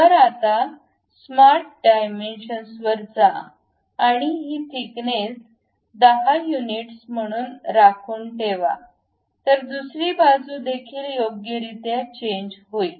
तर आता smart dimensions वर जा आणि ही थिकनेस 10 युनिट्स म्हणून राखून ठेवा तर दुसरी बाजू देखील योग्यरित्या चेंज होईल